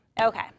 Okay